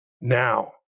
now